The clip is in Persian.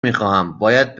میخواهم، باید